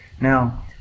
Now